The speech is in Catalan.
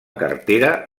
cartera